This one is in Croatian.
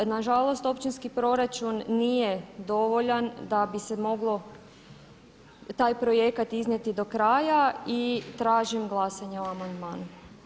Nažalost, općinski proračun nije dovoljan da bi se moglo taj projekat iznijeti do kraja i tražim glasanje o amandmanu.